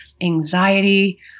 anxiety